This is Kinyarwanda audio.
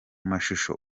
mashusho